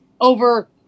over